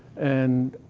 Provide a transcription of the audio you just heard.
and